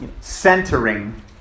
centering